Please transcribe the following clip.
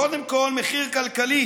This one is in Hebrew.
קודם כול, מחיר כלכלי.